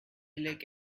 like